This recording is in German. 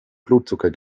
blutzucker